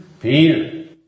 Peter